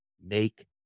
make